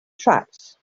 tracts